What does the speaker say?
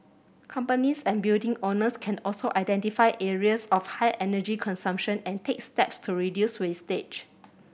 companies and building owners can also identify areas of high energy consumption and take steps to reduce usage